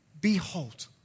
behold